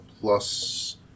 plus